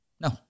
No